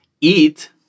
eat